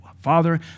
Father